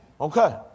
Okay